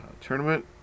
tournament